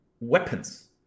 weapons